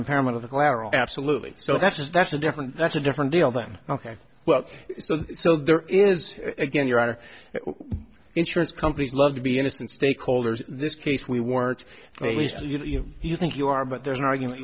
impairment of the collateral absolutely so that's that's a different that's a different deal than ok well so so there is again you're our insurance companies love to be innocent stakeholders this case we weren't you know you think you are but there's an argument